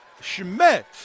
Schmidt